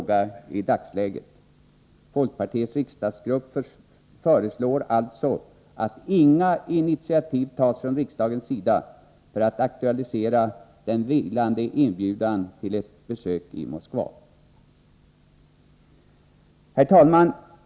Folkpartiets riksdagsgrupp föreslår alltså att inga initiativ tas från riksdagens sida för att aktualisera den vilande inbjudan till ett besök i Moskva. Herr talman!